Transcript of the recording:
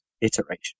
iteration